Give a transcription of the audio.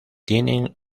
tienen